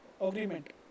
Agreement